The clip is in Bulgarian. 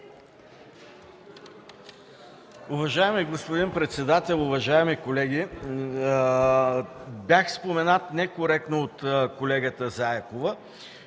Уважаеми господин председател, уважаеми колеги! Бях споменат некоректно от колегата Заякова,